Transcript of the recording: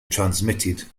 transmitted